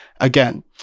again